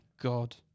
God